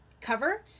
cover